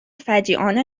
فجیعانه